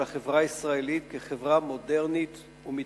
החברה הישראלית כחברה מודרנית ומתקדמת.